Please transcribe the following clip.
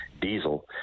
diesel